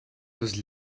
his